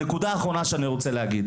נקודה אחרונה שאני רוצה להגיד,